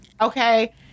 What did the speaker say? okay